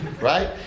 Right